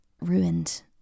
ruined